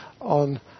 on